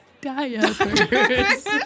Diapers